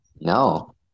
No